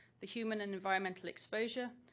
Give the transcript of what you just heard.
the human and environmental exposure,